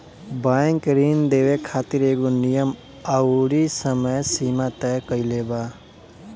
bank ऋण देवे खातिर एगो नियम अउरी समय सीमा तय कईले बा